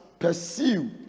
Pursue